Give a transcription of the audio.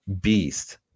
beast